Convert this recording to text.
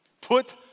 Put